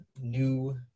new